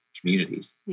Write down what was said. communities